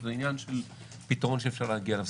זה עניין של פתרון שאפשר להגיע אליו.